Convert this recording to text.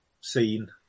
seen